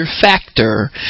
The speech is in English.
factor